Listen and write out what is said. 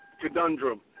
conundrum